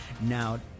Now